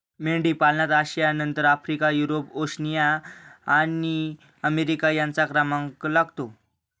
मेंढीपालनात आशियानंतर Africa, Europe, Oceania आणि अमेरिका यांचा क्रमांक लागतो